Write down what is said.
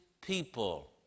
people